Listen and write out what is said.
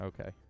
Okay